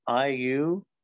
IU